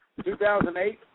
2008